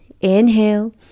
inhale